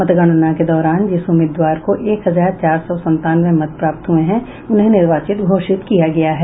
मतगणना के दौरान जिस उम्मीदवार को एक हजार चार सौ संतानवे मत प्राप्त हुये हैं उन्हें निर्वाचित घोषित किया गया है